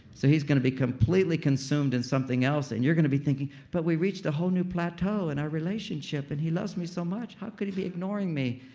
so he's gonna be completely consumed in something else and you're gonna be thinking, but we reached a whole new plateau in our relationship and he loves me so much. how can he be ignoring me?